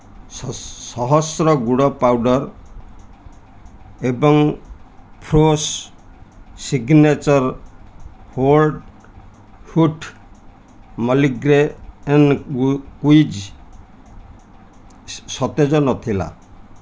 ଶହସ୍ତ୍ର ଗୁଡ଼ ପାଉଡ଼ର୍ ଏବଂ Fresho signature whole white multigrain କୁ କୁକିଜ୍ ସ ସତେଜ ନଥିଲା